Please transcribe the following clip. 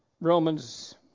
Romans